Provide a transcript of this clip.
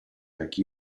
like